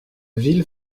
ville